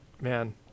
man